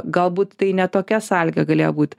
galbūt tai ne tokia sąlyga galėjo būt